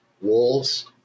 wolves